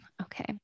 okay